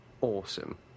awesome